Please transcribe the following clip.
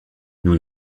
nous